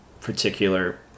particular